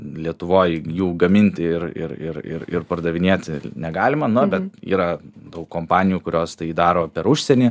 lietuvoj jų gaminti ir ir ir ir pardavinėti negalima na bent yra daug kompanijų kurios tai daro per užsienį